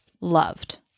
loved